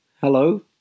hello